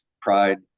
pride